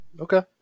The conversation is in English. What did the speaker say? Okay